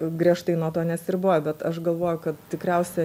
griežtai nuo to neatsiriboju bet aš galvoju kad tikriausia